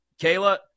Kayla